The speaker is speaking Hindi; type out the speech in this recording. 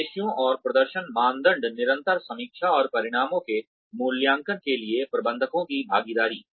उद्देश्यों और प्रदर्शन मानदंड निरंतर समीक्षा और परिणामों के मूल्यांकन के लिए प्रबंधकों की भागीदारी